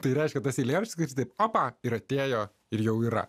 tai reiškia tas eilėraštis taip opa ir atėjo ir jau yra